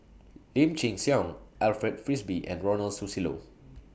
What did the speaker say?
Lim Chin Siong Alfred Frisby and Ronald Susilo